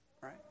right